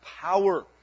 power